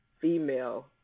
female